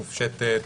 מופשטת,